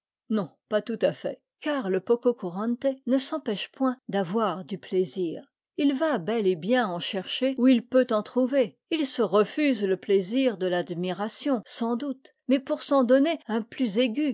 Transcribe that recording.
non pas tout à fait car le pococurante ne s'empêche point d'avoir du plaisir il va bel et bien en chercher où il peut en trouver il se refuse le plaisir de l'admiration sans doute mais pour s'en donner un plus aigu